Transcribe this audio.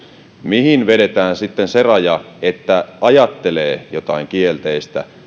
mihin vedetään sitten se raja että ajattelee jotain kielteistä